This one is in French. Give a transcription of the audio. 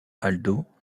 aldo